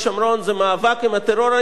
זה על המאבק עם הטרור היהודי,